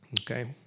Okay